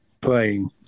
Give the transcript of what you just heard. playing